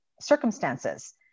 circumstances